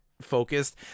focused